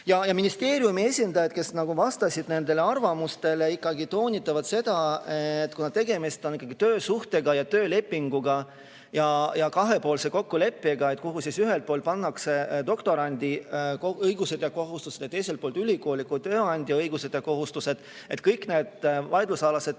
Ministeeriumi esindajad, kes vastasid nendele arvamustele, toonitasid ikkagi seda, et kuna tegemist on ikkagi töösuhtega ja töölepinguga, kahepoolse kokkuleppega, kuhu ühelt poolt pannakse doktorandi õigused ja kohustused ja teiselt poolt ülikooli kui tööandja õigused ja kohustused, siis kõik need vaidlusalased